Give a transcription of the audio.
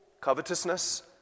covetousness